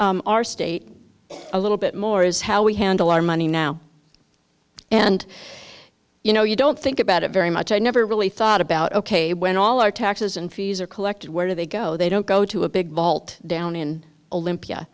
understand our state a little bit more is how we handle our money now and you know you don't think about it very much i never really thought about ok when all our taxes and fees are collected where do they go they don't go to a big vault down in olympia